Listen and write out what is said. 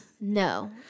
No